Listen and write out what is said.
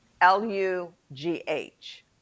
L-U-G-H